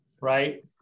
right